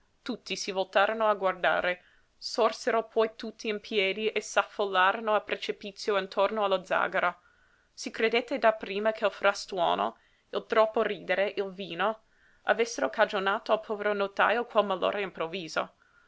tutti si voltarono a guardare sorsero poi tutti in piedi e s'affollarono a precipizio attorno allo zàgara si credette dapprima che il frastuono il troppo ridere il vino avessero cagionato al povero notajo quel malore improvviso